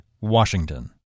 Washington